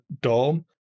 dome